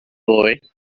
boy